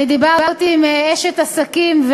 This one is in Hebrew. דיברתי עם אשת עסקים,